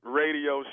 radio